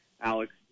Alex